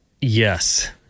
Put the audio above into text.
Yes